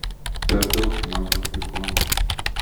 per daug čia man tų afrikonų